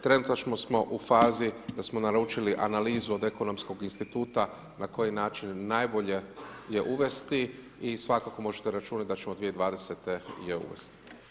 Trenutačno smo u fazi da smo naručili analizu od ekonomskog instituta, na koji način najbolje je uvesti i svakako možete računati da ćemo 2020. je uvesti.